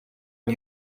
new